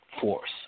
force